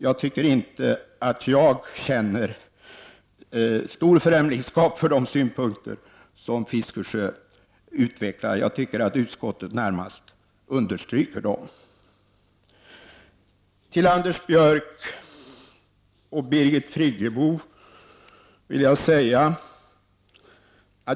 Jag känner inte ett stort främlingsskap inför de synpunkter som Bertil Fiskesjö utvecklar, utan jag tycker att utskottet närmast understryker dessa. Så till Anders Björck och Birgit Friggebo.